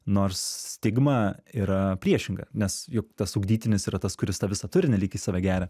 nors stigma yra priešinga nes juk tas ugdytinis yra tas kuris tą visą turinį lyg į save geria